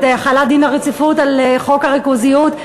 את החלת דין הרציפות על חוק הריכוזיות,